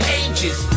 ages